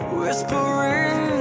whispering